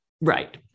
Right